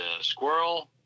squirrel